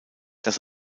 dass